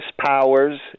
Powers